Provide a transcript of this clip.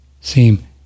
seem